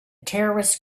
terrorist